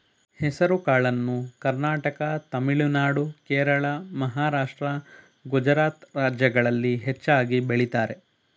ಹೆಸರುಕಾಳನ್ನು ಕರ್ನಾಟಕ ತಮಿಳುನಾಡು, ಕೇರಳ, ಮಹಾರಾಷ್ಟ್ರ, ಗುಜರಾತ್ ರಾಜ್ಯಗಳಲ್ಲಿ ಹೆಚ್ಚಾಗಿ ಬೆಳಿತರೆ